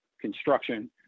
construction